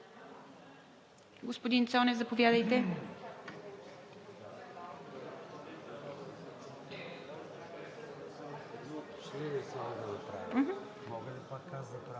Господин Цонев, заповядайте.